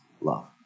love